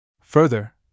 Further